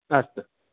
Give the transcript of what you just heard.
अस्तु